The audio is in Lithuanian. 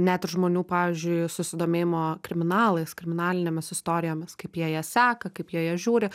net ir žmonių pavyzdžiui susidomėjimo kriminalais kriminalinėmis istorijomis kaip jie jas seka kaip jie jas žiūri